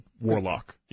warlock